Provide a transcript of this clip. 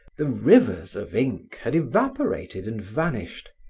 the rivers of ink had evaporated and vanished,